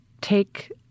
take